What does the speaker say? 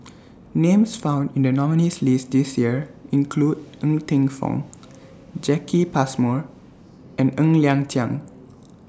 Names found in The nominees' list This Year include Ng Teng Fong Jacki Passmore and Ng Liang Chiang